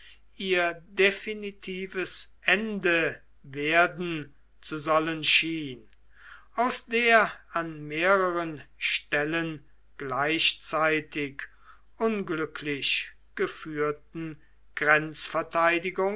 ihr definitives ende werden zu sollen schien aus der an mehreren stellen gleichzeitig unglücklich geführten